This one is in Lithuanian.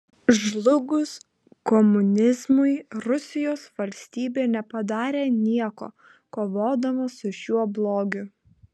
žlugus komunizmui rusijos valstybė nepadarė nieko kovodama su šiuo blogiu